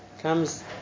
Comes